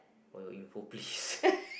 for your info please